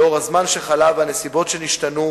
לאור הזמן שחלף והנסיבות שהשתנו,